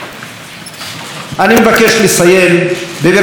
אני מבקש לסיים בברכת הצלחה לכולכם,